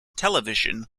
television